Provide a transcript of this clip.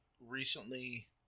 recently